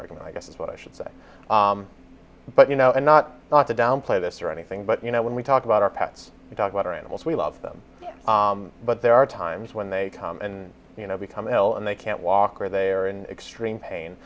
argument i guess is what i should say but you know and not not to downplay this or anything but you know when we talk about our pets we talk about our animals we love them but there are times when they come and you know become ill and they can't walk or they are in extreme pain